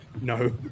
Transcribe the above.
no